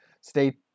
stay